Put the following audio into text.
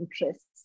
interests